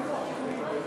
(תיקון מס'